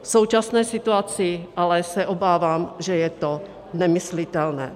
V současné situace ale se obávám, že je to nemyslitelné.